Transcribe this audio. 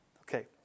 okay